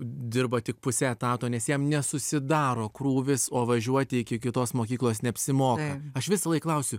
dirba tik puse etato nes jam nesusidaro krūvis o važiuoti iki kitos mokyklos neapsimoka aš visąlaik klausiu